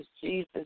Jesus